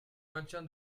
maintien